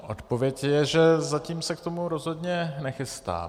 Odpověď je, že zatím se k tomu rozhodně nechystáme.